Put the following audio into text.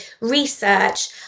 research